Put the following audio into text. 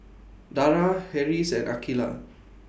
Dara Harris and Aqilah